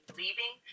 leaving